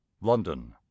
london